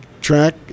track